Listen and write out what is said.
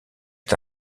est